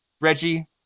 reggie